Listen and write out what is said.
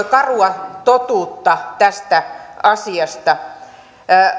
karua totuutta tästä asiasta